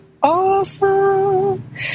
awesome